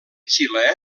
xilè